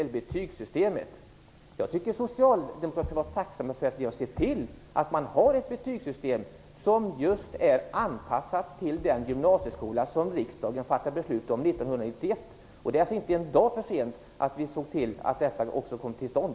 Jag tycker att Socialdemokraterna borde vara tacksamma för att vi har sett till att det finns ett betygssystem som just är anpassat till den gymnasieskola som riksdagen fattade beslut om 1991. Det är alltså inte en dag för tidigt att vi såg till att det kom till stånd.